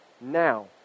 Now